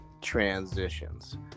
transitions